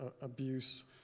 abuse